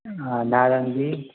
आ नारङ्गी